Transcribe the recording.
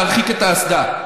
להרחיק את האסדה,